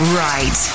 right